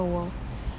world